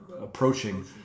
approaching